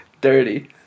Dirty